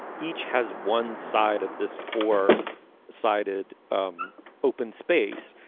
each has one side of this four sided um open space.